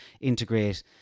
integrate